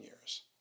years